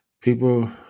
people